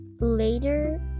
Later